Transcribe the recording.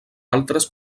altres